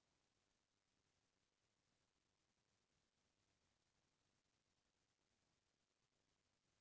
लद्दाख फसल तिहार म लद्दाख के लोकगीत, नाचा ह देखे के लइक रहिथे